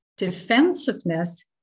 Defensiveness